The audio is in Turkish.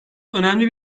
önemli